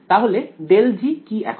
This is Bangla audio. তাহলে ∇g কি এখন